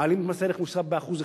מעלים את מס ערך מוסף ב-1%.